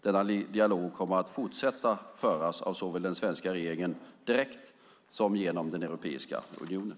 Denna dialog kommer att fortsätta föras såväl av den svenska regeringen direkt som genom Europeiska unionen.